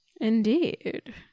Indeed